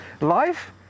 Life